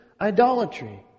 idolatry